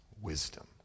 wisdom